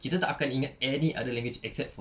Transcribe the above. kita tak akan ingat any other language except for